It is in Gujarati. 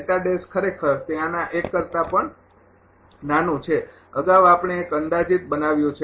તેથી આ ખરેખર તે આના એક કરતા પણ નાનું છે અગાઉ આપણે એક અંદાજીત બનાવ્યું છે